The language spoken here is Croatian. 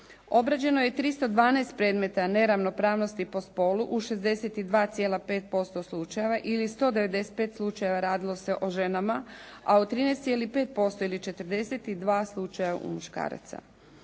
Obrađeno je 312 predmeta neravnopravnosti po spolu u 62,5% slučajeva ili 195 slučajeva radilo se o ženama, a u 13,5% ili 42 slučaja muškaraca.